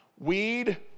Weed